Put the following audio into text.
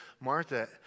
Martha